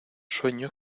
sueño